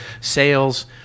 sales